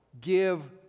Give